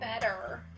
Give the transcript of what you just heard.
better